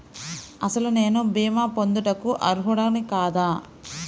అసలు నేను భీమా పొందుటకు అర్హుడన కాదా?